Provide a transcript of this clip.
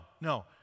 no